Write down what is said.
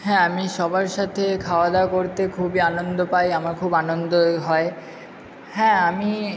হ্যাঁ আমি সবার সাথে খাওয়া দাওয়া করতে খুবই আনন্দ পাই আমার খুব আনন্দই হয় হ্যাঁ আমি